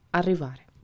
arrivare